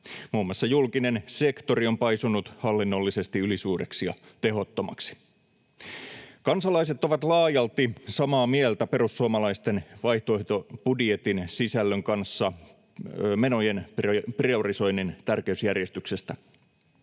Muun muassa julkinen sektori on paisunut hallinnollisesti ylisuureksi ja tehottomaksi. Kansalaiset ovat laajalti samaa mieltä perussuomalaisten vaihtoehtobudjetin sisällön kanssa menojen priorisoinnin tärkeysjärjestyksestä.